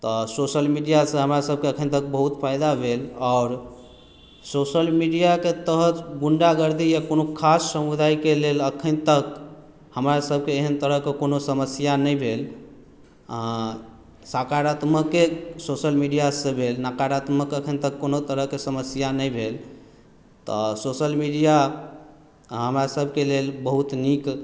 तऽ social media से अखन तक हमरा सभकेँ बहुत फायदा भेल आओर आ सोशल मीडिआकेँ तहत कोनो गुण्डागर्दी या कोनो खास समुदाएके लेल अखन तक हमरा सभकेँ एहन तरहक कोनो समस्या नहि भेल आ सकारात्मके सोशल मीडिआ से भेल नकारात्मक एखन तक कोनो समस्या नहि भेल तऽ सोशल मीडिआ हमरा सभकेँ लेल बहुत नीक